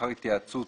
לאחר התייעצות